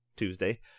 Tuesday